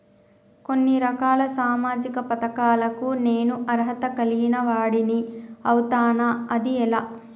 కొన్ని రకాల సామాజిక పథకాలకు నేను అర్హత కలిగిన వాడిని అవుతానా? అది ఎలా?